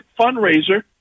fundraiser